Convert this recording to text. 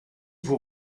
vous